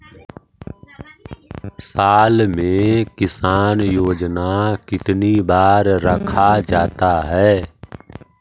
साल में किसान योजना कितनी बार रखा जाता है?